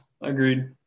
agreed